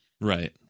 Right